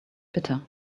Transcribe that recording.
bitter